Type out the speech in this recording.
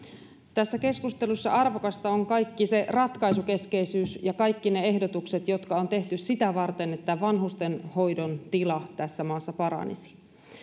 tässä keskustelussa arvokasta on kaikki se ratkaisukeskeisyys ja kaikki ne ehdotukset jotka on tehty sitä varten että vanhustenhoidon tila tässä maassa paranisi